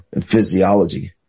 physiology